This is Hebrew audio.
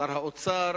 שר האוצר